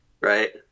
Right